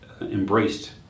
embraced